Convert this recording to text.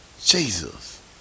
Jesus